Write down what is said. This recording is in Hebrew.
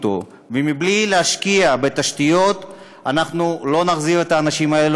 ובלי להשקיע בתשתיות אנחנו לא נחזיר את האנשים האלה,